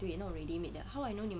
对那种 ready made ah how I know